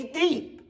deep